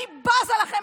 אני בזה לכם,